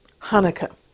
Hanukkah